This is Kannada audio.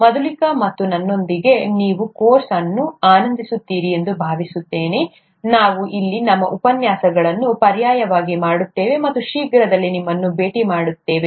ಮಧುಲಿಕಾ ಮತ್ತು ನನ್ನೊಂದಿಗೆ ನೀವು ಕೋರ್ಸ್ ಅನ್ನು ಆನಂದಿಸುತ್ತೀರಿ ಎಂದು ಭಾವಿಸುತ್ತೇವೆ ನಾವು ಇಲ್ಲಿ ನಮ್ಮ ಉಪನ್ಯಾಸಗಳನ್ನು ಪರ್ಯಾಯವಾಗಿ ಮಾಡುತ್ತೇವೆ ಮತ್ತು ಶೀಘ್ರದಲ್ಲೇ ನಿಮ್ಮನ್ನು ಭೇಟಿ ಮಾಡುತ್ತೇವೆ